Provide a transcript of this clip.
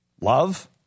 Love